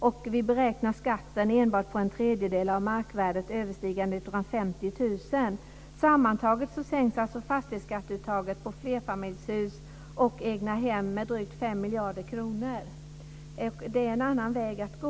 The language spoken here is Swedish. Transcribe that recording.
Skatten beräknas enbart på en tredjedel av markvärdet överstigande miljarder kronor. Det är en annan väg att gå.